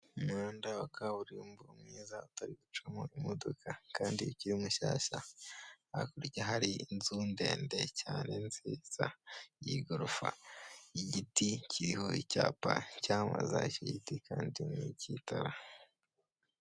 Umuhanda wa kaburimbo mwiza utari gucamo imodoka kandi ukiri mushyashya hakurya hari inzu ndende cyane nziza y'igorofa, igiti kiriho icyapa cyamaza iki giti kandi ni ik'itara.